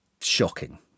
shocking